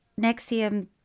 Nexium